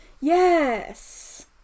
yes